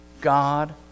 God